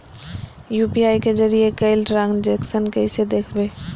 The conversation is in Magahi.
यू.पी.आई के जरिए कैल ट्रांजेक्शन कैसे देखबै?